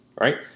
right